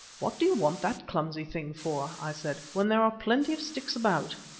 what do you want that clumsy thing for, i said, when there are plenty of sticks about?